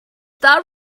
that